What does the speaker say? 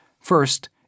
First